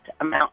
amount